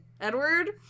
edward